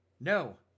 No